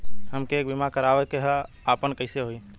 हमके एक बीमा करावे के ह आपन कईसे होई?